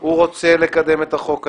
הוא רוצה לקדם את החוק הזה,